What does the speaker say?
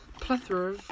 plethora